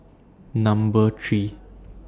Number three